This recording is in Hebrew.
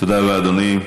תודה רבה, אדוני.